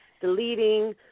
deleting